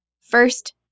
first